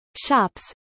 shops